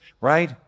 right